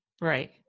right